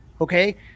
Okay